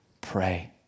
pray